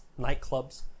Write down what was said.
nightclubs